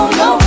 no